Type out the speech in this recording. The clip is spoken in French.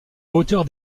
hauteur